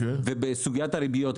ובסוגיית הריביות,